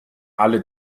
alle